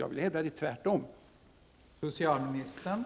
Jag vill hävda att det är tvärtom.